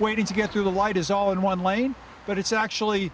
waiting to get through the light is all in one lane but it's actually